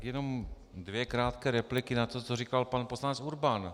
Jenom dvě krátké repliky na to, co říkal pan poslanec Urban.